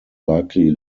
likely